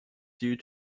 due